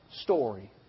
story